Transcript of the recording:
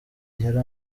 yari